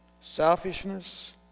selfishness